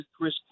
Chris